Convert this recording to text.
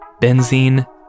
benzene